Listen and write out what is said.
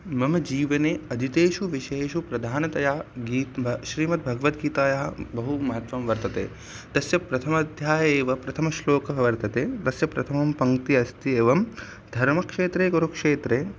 मम जीवने अधीतेषु विषयेषु प्रधानतया गीतं वा श्रीमद्भगवद्गीतायाः बहु महत्वं वर्तते तस्य प्रथमाध्याये एव प्रथमश्लोकः वर्तते तस्य प्रथमं पङ्क्तिः अस्ति एवं धर्मक्षेत्रे कुरुक्षेत्रे